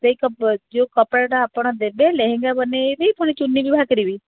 ସେଇ ଯେଉଁ କପଡ଼ାଟା ଆପଣ ଦେବେ ଲେହେଙ୍ଗା ବନାଇବି ପୁଣି ଚୁନି ବି ବାହାର କରିବି